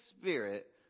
spirit